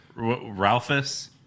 Ralphus